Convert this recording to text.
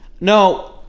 No